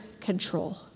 control